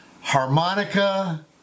harmonica